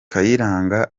kayiranga